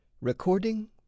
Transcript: Recording